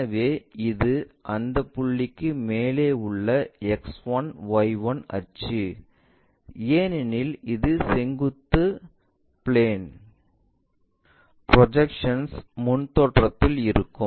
எனவே இது அந்த புள்ளிக்கு மேலே உள்ள X1Y1 அச்சு ஏனெனில் இது செங்குத்து பிளேன் ப்ரொஜெக்ஷன்ஸ் முன் தோற்றத்தில் இருக்கும்